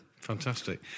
Fantastic